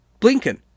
Blinken